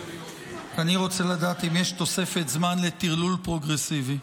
אני רוצה לדעת אם יש תוספת זמן לטרלול פרוגרסיבי.